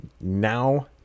Now